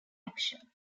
action